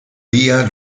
día